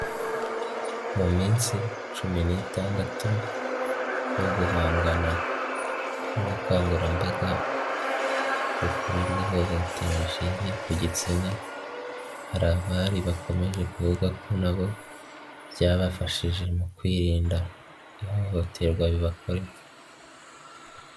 Mu minsi cumi n'itandatu yo guhangana n'ubukangurambaga bukorerwa ihohotera rishingiye ku gitsina hari abari bakomeje kuvuga ko na bo byabafashije mu kwirinda ihohoterwa ribakorerwa.